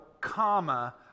comma